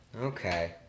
okay